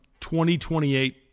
2028